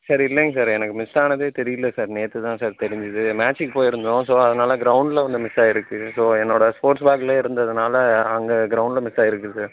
sir இல்லைங்க sir எனக்கு miss ஆனதே தெரியல சார் நேற்று தான் சார் தெரிந்தது மேட்ச்சுக்கு போகிருந்தோம் ஸோ அதனால் க்ரௌண்ட்டில் கொஞ்சம் மிஸ் ஆகிருக்கு ஸோ என்னோடய ஸ்போர்ட்ஸ் பேக்லையே இருந்ததுனாலே அங்கே க்ரௌண்ட்டில் மிஸ் ஆகிருக்கு சார்